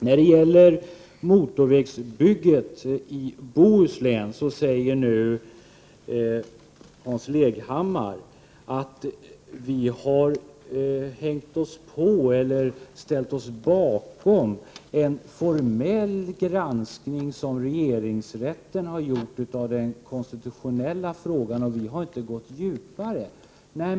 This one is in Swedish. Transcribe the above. När det gäller motorvägsbygget i Bohuslän säger nu Hans Leghammar att vi har ”hängt oss på” eller ställt oss bakom en formell granskning som regeringsrätten har gjort av den konstitutionella frågan, och vi har enligt honom inte gått djupare än så.